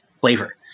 flavor